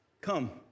come